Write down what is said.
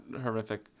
horrific